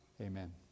amen